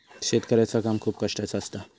शेतकऱ्याचा काम खूप कष्टाचा असता